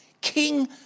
King